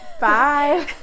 bye